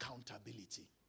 accountability